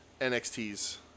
NXT's